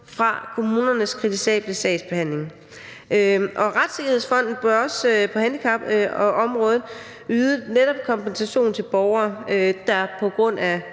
af kommunernes kritisable sagsbehandling. Retssikkerhedsfonden bør også på handicapområdet yde netop kompensation til borgere, der på grund af